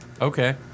Okay